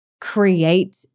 create